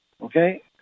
Okay